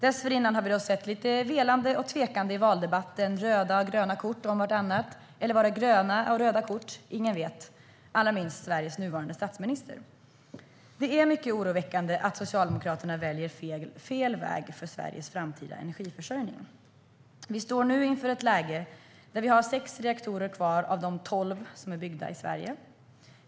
Dessförinnan såg vi lite velande och tvekande i valdebatten, med röda och gröna kort om vartannat. Eller var det gröna och röda kort? Ingen vet, allra minst Sveriges nuvarande statsminister. Det är mycket oroväckande att Socialdemokraterna väljer fel väg för Sveriges framtida energiförsörjning. Vi står nu inför ett läge där vi har sex reaktorer kvar av de tolv som byggts i Sverige.